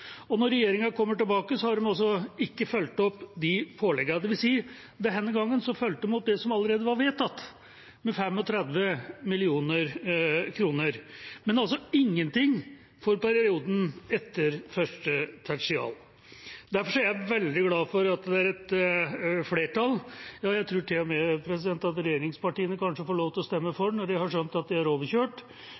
når regjeringa kommer tilbake, har de ikke fulgt opp påleggene. Det vil si: Denne gangen fulgte de opp det som allerede var vedtatt, med 35 mill. kr., men det er altså ingenting for perioden etter første tertial. Derfor er jeg veldig glad for at det er et flertall – ja, jeg tror til og med at regjeringspartiene kanskje får lov til å stemme for når de har skjønt at de er overkjørt